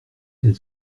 elle